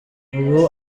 ubu